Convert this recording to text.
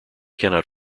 cannot